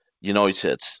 United